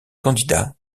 candidats